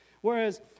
Whereas